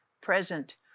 present